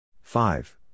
Five